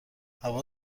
هوا